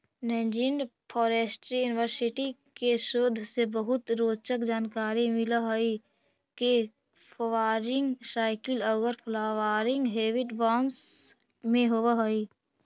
Nanjing forestry university के शोध से बहुत रोचक जानकारी मिल हई के फ्वावरिंग साइकिल औउर फ्लावरिंग हेबिट बास में होव हई